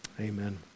amen